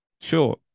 Sure